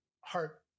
heart